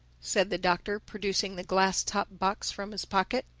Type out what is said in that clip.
said the doctor, producing the glass-topped box from his pocket,